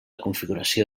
configuració